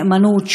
נאמנות,